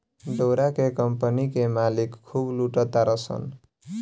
डोरा के कम्पनी के मालिक खूब लूटा तारसन